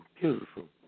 Beautiful